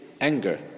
anger